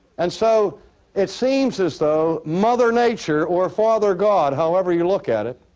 and so it seems as though mother nature or father god, however you look at it,